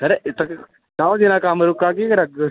sir इत्त तक त्र'ऊं दिनें दा कम्म रुका दा केह् करदे तुस